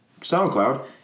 SoundCloud